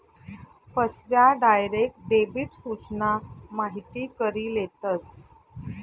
फसव्या, direct debit सूचना माहिती करी लेतस